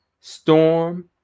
storm